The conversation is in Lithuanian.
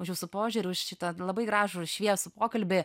už jūsų požiūrį už šitą labai gražų šviesų pokalbį